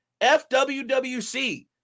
FWWC